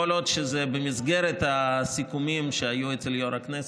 כל עוד זה במסגרת הסיכומים שהיו אצל יו"ר הכנסת,